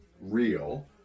real